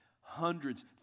hundreds